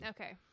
Okay